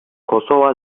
kosova